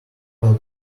fell